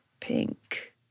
pink